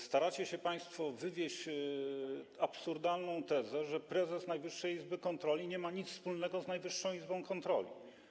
Staracie się państwo formułować absurdalną tezę, że prezes Najwyższej Izby Kontroli nie ma nic wspólnego z Najwyższą Izbą Kontroli.